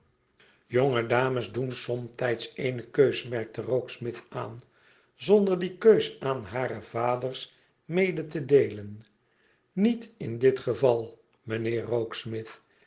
jonge dames doen somtijds eene keus merkte rokesmith aan zonder die keus aan hare vaders mede te deelen niet in dit geval mijnheer